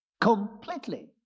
completely